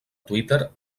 twitter